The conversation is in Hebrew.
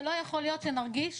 שלא יכול להיות שנרגיש